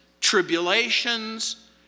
tribulations